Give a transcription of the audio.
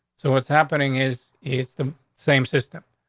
so what's happening is it's the same system.